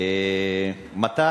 כבוד סגן השר,